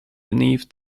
beneath